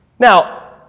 Now